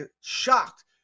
shocked